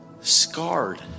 Scarred